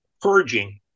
purging